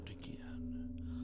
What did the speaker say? again